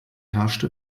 herrschte